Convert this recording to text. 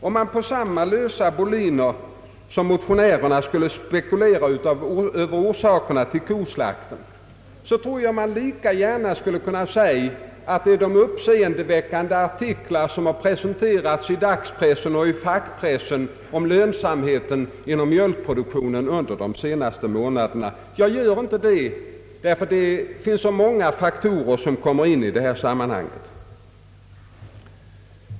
Om man på samma lösa boliner som motionärerna skulle spekulera över orsakerna till den ökade koslakten så tror jag att man lika gärna skulle kunna säga att det är de uppseendeväckande artiklar som har presenterats under de senaste månaderna i dagspressen och fackpressen om mjölkproduktionens lönsamhet som har orsakat den ökade slakten. Jag gör inte det, ty det finns så många faktorer som bör beaktas i detta sammanhang.